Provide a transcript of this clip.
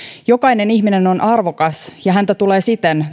jokainen ihminen on arvokas ja häntä tulee siten